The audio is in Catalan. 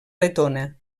letona